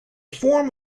form